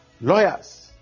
Lawyers